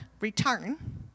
return